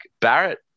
Barrett